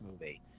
movie